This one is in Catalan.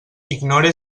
ignore